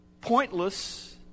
pointless